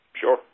Sure